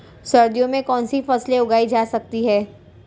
सर्दियों में कौनसी फसलें उगाई जा सकती हैं?